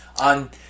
on